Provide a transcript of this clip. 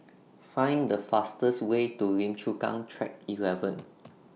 Find The fastest Way to Lim Chu Kang Track eleven